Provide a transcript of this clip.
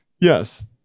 yes